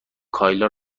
کایلا